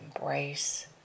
embrace